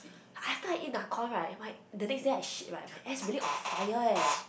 after I eat Nakhon right my the next day I shit right my ass really on fire eh